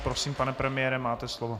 Prosím, pane premiére, máte slovo.